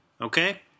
okay